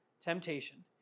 Temptation